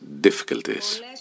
difficulties